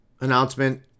announcement